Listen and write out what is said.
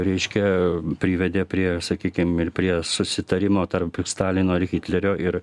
reiškia privedė prie sakykim ir prie susitarimo tarp stalino ir hitlerio ir